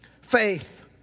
Faith